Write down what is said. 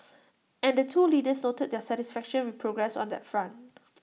and the two leaders noted their satisfaction with progress on that front